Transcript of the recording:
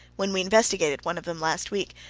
when we investigated one of them last week,